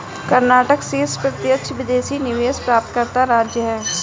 कर्नाटक शीर्ष प्रत्यक्ष विदेशी निवेश प्राप्तकर्ता राज्य है